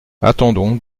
attendons